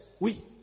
oui